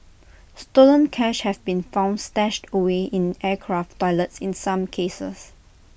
stolen cash have been found stashed away in aircraft toilets in some cases